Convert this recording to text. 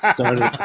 Started